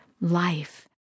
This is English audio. life